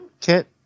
kit